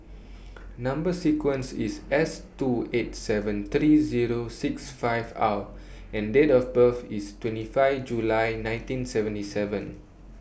Number sequence IS S two eight seven three Zero six five R and Date of birth IS twenty five July nineteen seventy seven